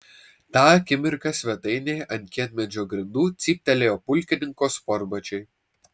tą akimirką svetainėje ant kietmedžio grindų cyptelėjo pulkininko sportbačiai